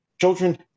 children